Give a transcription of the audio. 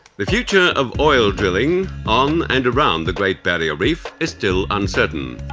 the future of oil drilling on and around the great barrier reef is still uncertain,